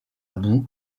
bout